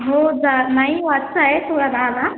हो जा नाही वाटतं आहे सोळा दहाला